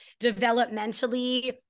developmentally